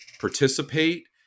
participate